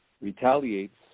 retaliates